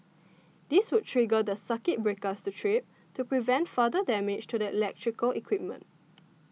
this would trigger the circuit breakers to trip to prevent further damage to the electrical equipment